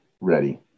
ready